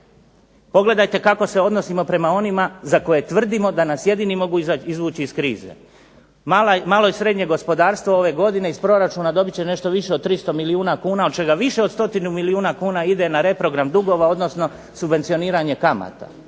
Pogledajte kako se odnosimo prema onima za koje tvrdimo da nas jedini mogu izvući iz krize. Malo i srednje gospodarstvo ove godine iz proračuna dobit će nešto više od 300 milijuna kuna, od čega više od stotinu milijuna kuna ide na reprogram dugova, odnosno subvencioniranje kamata.